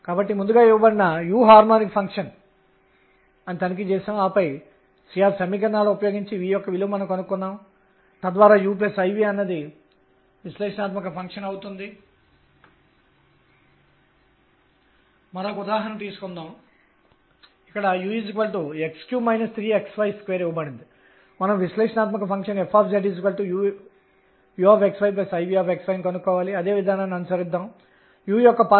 కాబట్టి మనము 3 క్వాంటం సంఖ్యలను కనుగొన్నాము మూడవది ఎనర్జీ En ఖచ్చితంగా బోర్ మోడల్ e v వలె వస్తుంది కానీ ఇప్పుడు ఒక కక్ష్యలో శక్తి En ప్రత్యేకంగా ఉండే అవకాశం లేకుండా పోయింది